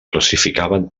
classificaven